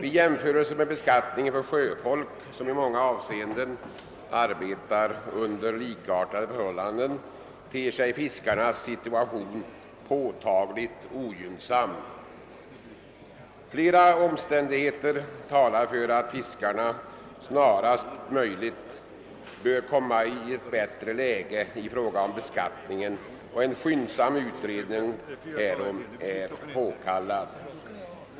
I jämförelse med beskattningen för sjöfolk som i många avseenden arbetar under likartade förhållanden ter sig fiskarnas situation påtagligt ogynnsam. Flera omständigheter talar för att fiskarna snarast möjligt bör komma i ett bättre läge i fråga om beskattningen, och en skyndsam utredning härom är påkallad.